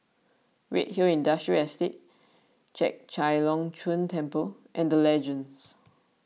Redhill Industrial Estate Chek Chai Long Chuen Temple and the Legends